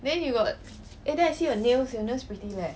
then you got eh then I see your nails your nails pretty leh